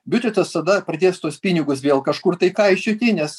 biudžetas tada pradės tuos pinigus vėl kažkur tai kaišioti nes